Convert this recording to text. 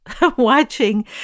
watching